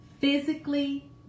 Physically